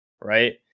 Right